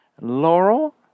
Laurel